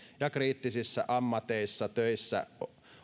ja kriittisissä ammateissa töissä